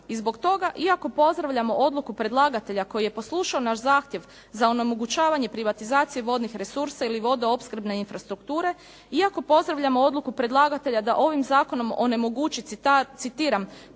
I zbog toga iako pozdravljamo odluku predlagatelja koji je poslušao naš zahtjev za onemogućavanje privatizacije vodnih resursa ili vodoopskrbne infrastrukture, iako pozdravljamo odluku predlagatelja da ovim zakonom onemogući citiram